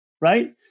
Right